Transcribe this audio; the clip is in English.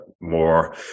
more